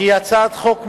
(תיקון), שהיא הצעת חוק ממשלתית.